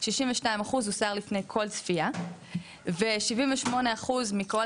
62 אחוז הוסר לפני כל צפייה ו-78 אחוז מכל